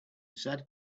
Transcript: said